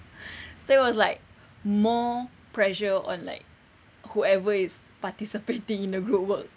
so it was like more pressure on like whoever is participating in a group work